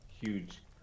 Huge